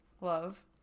love